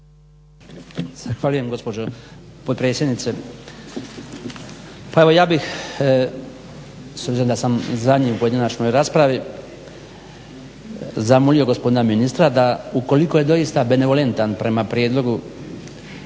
Zahvaljujem gospođo potpredsjednice. Pa evo ja bih, s obzirom da sam zadnji u pojedinačnoj raspravi, zamolio gospodina ministra da ukoliko je doista benevolentan prema prijedlogu